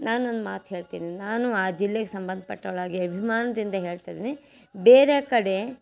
ನಾನೊಂದು ಮಾತು ಹೇಳ್ತೀನಿ ನಾನು ಆ ಜಿಲ್ಲೆಗೆ ಸಂಬಂಧಪಟ್ಟವ್ಳಾಗಿ ಅಭಿಮಾನದಿಂದ ಹೇಳ್ತಿದಿನಿ ಬೇರೆ ಕಡೆ